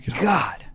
God